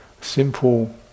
simple